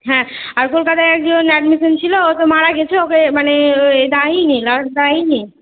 হ্যাঁ আর কলকাতায় একজন অ্যাডমিশন ছিলো ও তো মারা গেছে ওকে মানে ওর এ দায়েই নি লাশ দায়েই নি